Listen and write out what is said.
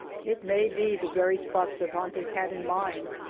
it may be the very spot cervantes had in mind,